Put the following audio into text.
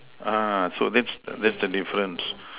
ah so that's so that's the difference